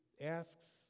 asks